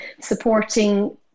supporting